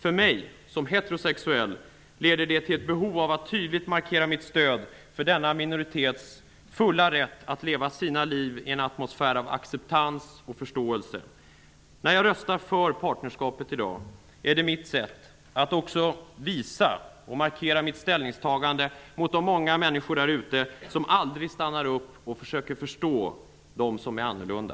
För mig som heterosexuell leder detta till ett behov av att tydligt markera mitt stöd för denna minoritets fulla rätt att leva sina liv i en atmosfär av acceptans och förståelse. När jag i dag röstar för partnerskapet är det mitt sätt att markera mitt ställningstagande mot de många människor där ute som aldrig stannar upp och försöker att förstå dem som är annorlunda.